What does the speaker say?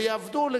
ויעבדו,